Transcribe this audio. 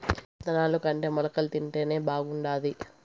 ఇత్తనాలుకంటే మొలకలు తింటేనే బాగుండాది